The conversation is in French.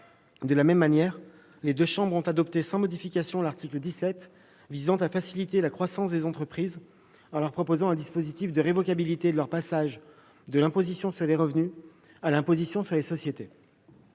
De la même manière, les deux chambres ont adopté sans modification l'article 17, visant à faciliter la croissance des entreprises en leur proposant un dispositif de révocabilité de leur passage de l'imposition sur les revenus à l'imposition sur les sociétés.